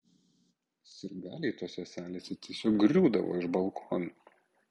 sirgaliai tose salėse tiesiog griūdavo iš balkonų